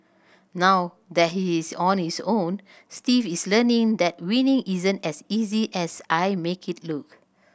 now that he is on his own Steve is learning that winning isn't as easy as I make it look